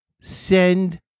send